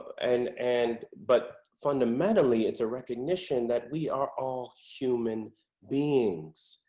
and and, but fundamentally it's a recognition that we are all human beings,